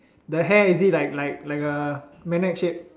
the hair is it like like like a magnet shape